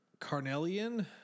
Carnelian